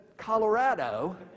Colorado